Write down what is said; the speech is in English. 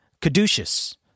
caduceus